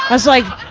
that's like,